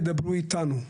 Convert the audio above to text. תדברו איתנו.